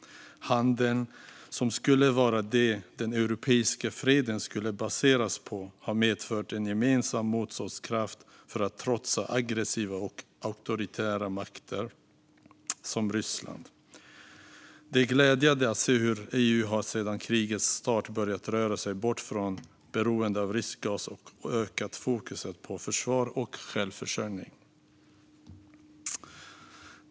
Handeln, som är det som den europeiska freden skulle baseras på, har medfört en gemensam motståndskraft för att trotsa aggressiva och auktoritära makter som Ryssland. Det är glädjande att se hur EU sedan krigets start har börjat röra sig bort från beroende av rysk gas och ökat fokuset på försvar och självförsörjning.